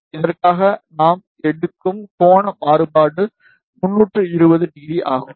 இதற்காக நாம் எடுக்கும் கோண மாறுபாடு 320° ஆகும்